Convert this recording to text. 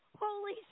Holy